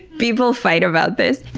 people fight about this,